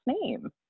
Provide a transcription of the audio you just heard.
name